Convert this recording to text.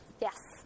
yes